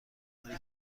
کاری